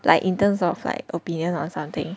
like in terms of like opinion on something